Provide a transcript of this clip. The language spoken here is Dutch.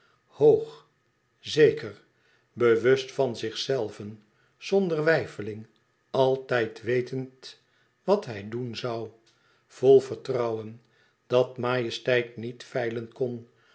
hoog zeker bewust van zichzelven zonder weifeling altijd wetend wat hij doen zoû vol vertrouwen dat majesteit niet feilen kon